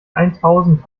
eintausend